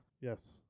Yes